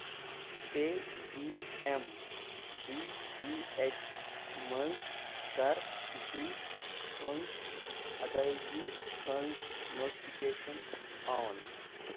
پے T M D T H منٛز کر بِلہِ ہٕنٛز ادٲیگی ہٕنٛز نوٹفکیشن آن